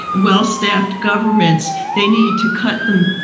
well-staffed governments. they need to cut them,